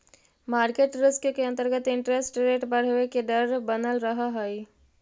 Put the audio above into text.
market risk के अंतर्गत interest rate बढ़वे के डर बनल रहऽ हई